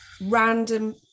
random